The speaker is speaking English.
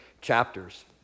chapters